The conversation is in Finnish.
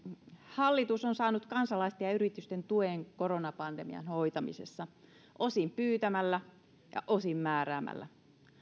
hallitus on saanut kansalaisten ja yritysten tuen koronapandemian hoitamisessa osin pyytämällä ja osin määräämällä